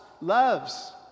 loves